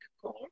call